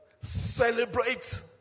celebrate